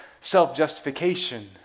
self-justification